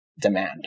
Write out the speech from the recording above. demand